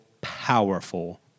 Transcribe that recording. powerful